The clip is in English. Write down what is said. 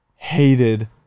Hated